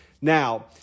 Now